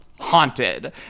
haunted